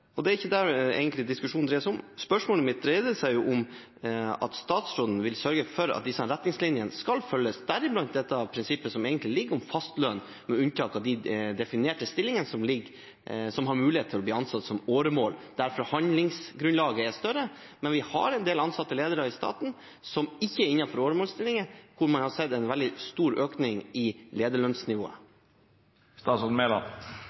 ledere. Det er ikke dette diskusjonen egentlig dreier seg om. Spørsmålet mitt dreide seg om hvorvidt statsråden vil sørge for at disse retningslinjene skal følges, deriblant dette prinsippet som egentlig ligger til grunn om fastlønn med unntak av de definerte stillingene, der en blir ansatt på åremål. Forhandlingsgrunnlaget der er større, men vi har en del ansatte ledere i staten som ikke har åremålsstillinger, hvor man har sett en veldig stor økning i